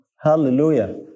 Hallelujah